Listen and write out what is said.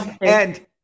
And-